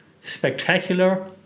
spectacular